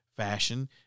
Fashion